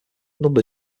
number